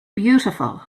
beautiful